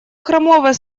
хромого